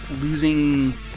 Losing